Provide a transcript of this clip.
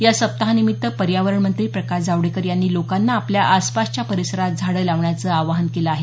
या सप्पाहानिमित्त पर्यावरणमंत्री प्रकाश जावडेकर यांनी लोकांना आपल्या आसपासच्या परिसरात झाडं लावण्याचं आवाहन केलं आहे